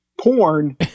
porn